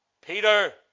Peter